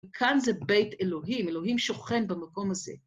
כאן זה בית אלוהים, אלוהים שוכן במקום הזה.